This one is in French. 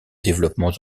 développements